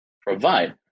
provide